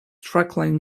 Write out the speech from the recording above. trunkline